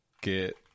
get